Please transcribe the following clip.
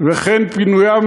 וכן פינויו,